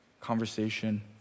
conversation